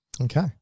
Okay